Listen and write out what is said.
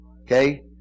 Okay